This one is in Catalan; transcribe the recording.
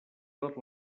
tot